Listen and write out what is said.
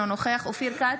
אינו נוכח אופיר כץ,